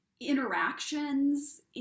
interactions